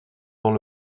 dont